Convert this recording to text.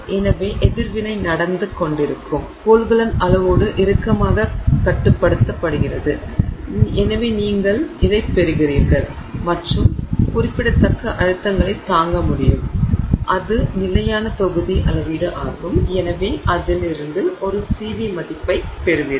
எனவே எதிர்வினை நடந்து கொண்டிருக்கும் கொள்கலன் அளவோடு இறுக்கமாகக் கட்டுப்படுத்தப்படுகிறது எனவே நீங்கள் பெறுகிறீர்கள் மற்றும் குறிப்பிடத்தக்க அழுத்தங்களைத் தாங்க முடியும் அது நிலையான தொகுதி அளவீடு ஆகும் எனவே அதில் இருந்து ஒரு Cv மதிப்பைப் பெறுவீர்கள்